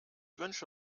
wünsche